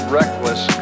reckless